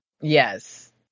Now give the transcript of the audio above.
Yes